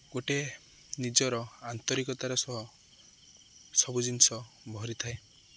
ଗୋଟେ ନିଜର ଆନ୍ତରିକତାର ସହ ସବୁ ଜିନିଷ ଭରିଥାଏ